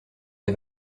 des